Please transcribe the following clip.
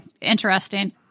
interesting